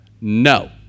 no